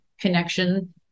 connection